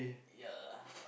ya